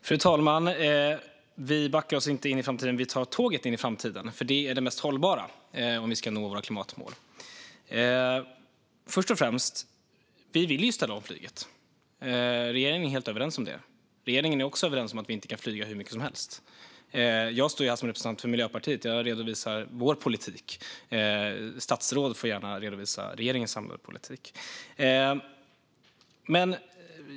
Fru talman! Vi backar oss inte in i framtiden, utan vi tar tåget in i framtiden. Detta är det mest hållbara om vi ska nå våra klimatmål. Först och främst vill vi ju ställa om flyget; regeringen är helt överens om det. Regeringen är också överens om att vi inte kan flyga hur mycket som helst. Jag står ju här som representant för Miljöpartiet, och jag redovisar Miljöpartiets politik. Statsrådet får gärna redovisa regeringens samlade politik.